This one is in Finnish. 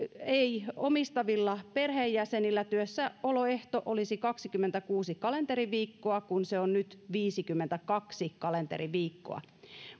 ei omistavilla perheenjäsenillä työssäoloehto olisi kaksikymmentäkuusi kalenteriviikkoa kun se on nyt viisikymmentäkaksi kalenteriviikkoa